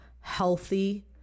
healthy